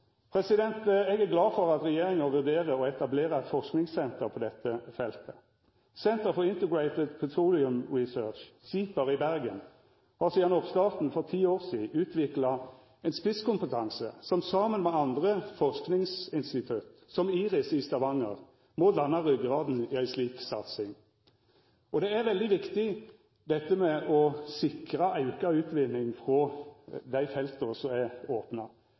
Eg er glad for at regjeringa vurderer å etablera eit forskingssenter på dette feltet. Centre for Integrated Petroleum Research – CIPR – i Bergen har sidan oppstarten for ti år sidan utvikla ein spisskompetanse, som saman med andre forskingsinstitutt – som IRIS i Stavanger – må danna ryggraden i ei slik satsing. Dette med å sikra auka utvinning frå dei felta som er opna,